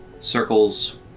circles